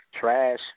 trash